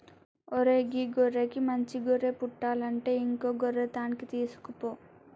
ఓరై గీ గొర్రెకి మంచి గొర్రె పుట్టలంటే ఇంకో గొర్రె తాన్కి తీసుకుపో